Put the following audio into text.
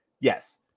Yes